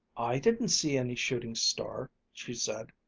i didn't see any shooting star, she said.